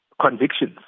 convictions